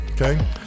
Okay